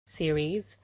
series